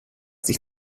dich